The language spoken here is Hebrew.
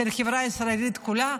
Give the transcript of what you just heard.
של החברה הישראלית כולה,